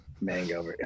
mango